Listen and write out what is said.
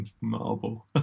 marble